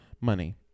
Money